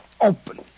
Open